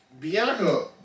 Bianca